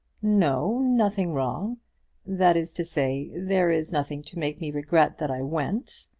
no, nothing wrong that is to say, there is nothing to make me regret that i went.